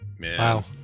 Wow